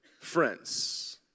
friends